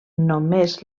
només